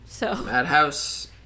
Madhouse